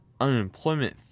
Unemployment